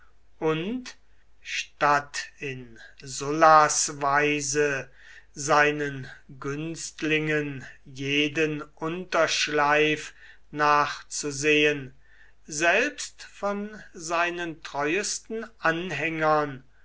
und statt in sullas weise seinen günstlingen jeden unterschleif nachzusehen selbst von seinen treuesten anhängern